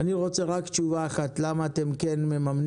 אני רוצה רק תשובה אחת: למה אתם מממנים